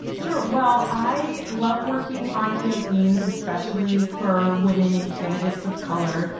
sure. well, i love working on campaigns, especially for women and candidates of color.